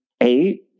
eight